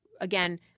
again